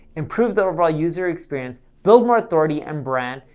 improve the overall user experience, build more authority and brand,